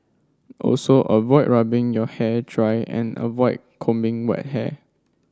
also avoid rubbing your hair dry and avoid combing wet hair